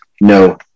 no